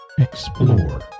Explore